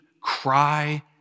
cry